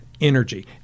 energy